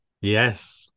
yes